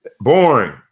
boring